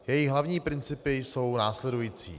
Její hlavní principy jsou následující: